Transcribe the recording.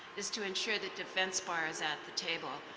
is to ensure that defense bar is at the table.